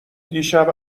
دیشب